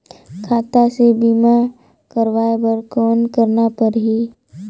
खाता से बीमा करवाय बर कौन करना परही?